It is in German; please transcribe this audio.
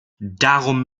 darum